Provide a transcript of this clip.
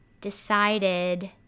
decided